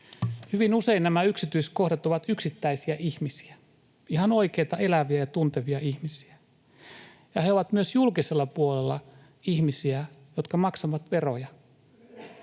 Hyvin usein nämä yksityiskohdat ovat yksittäisiä ihmisiä, ihan oikeita eläviä ja tuntevia ihmisiä, ja he ovat myös julkisella puolella ihmisiä, jotka maksavat veroja,